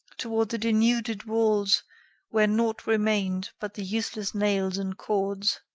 toward the denuded walls where naught remained but the useless nails and cords.